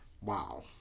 Wow